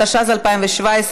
התשע"ז 2017,